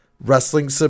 wrestling